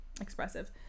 expressive